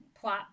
plot